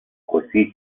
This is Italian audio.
così